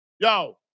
Yo